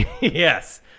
Yes